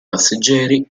passeggeri